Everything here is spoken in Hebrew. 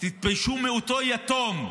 תתביישו מאותו יתום,